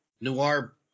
noir